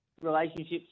relationships